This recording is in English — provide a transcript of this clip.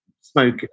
smoke